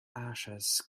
ashes